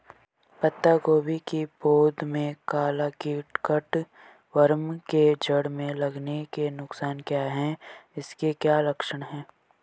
पत्ता गोभी की पौध में काला कीट कट वार्म के जड़ में लगने के नुकसान क्या हैं इसके क्या लक्षण हैं?